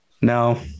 No